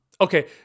Okay